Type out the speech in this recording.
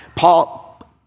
Paul